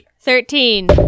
Thirteen